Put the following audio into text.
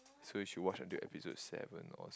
so you should watch until episode seven or